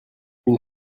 une